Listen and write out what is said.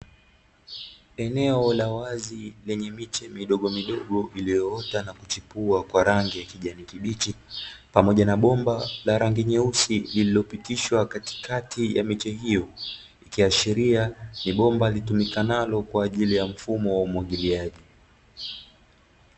Eneo la wazi lenye miche midogomidogo iliyoota na kuchipua kwa rangi ya kijani kibichi, pamoja na bomba la rangi nyeusi lililopitishwa katikati ya miche hiyo, ikiashiria ni bomba litumikalo kwa ajili ya mfumo wa umwagiliaji.